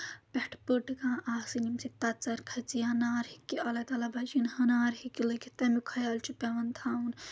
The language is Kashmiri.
پؠٹھ پٔٹ کانٛہہ آسٕنۍ ییٚمہِ سۭتۍ تَژر کھژھِ یا نار ہیٚکہِ اللہ تعالیٰ بَچٲیِن نار ہیٚکہِ لٔگِتھ تَمیُک خیال چھُ پیٚوان تھاوُن